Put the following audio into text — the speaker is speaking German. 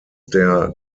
der